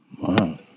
Wow